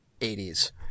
80s